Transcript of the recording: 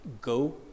go